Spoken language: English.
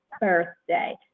birthday